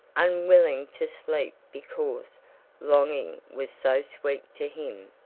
unwilling to sleep because longing was so sweet to him,